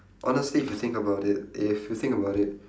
honestly if you think about it if you think about it